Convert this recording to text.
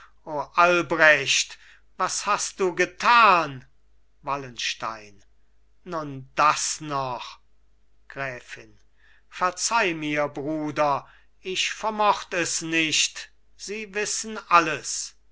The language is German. albrecht was hast du getan wallenstein nun das noch gräfin verzeih mir bruder ich vermocht es nicht sie wissen alles